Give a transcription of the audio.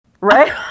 Right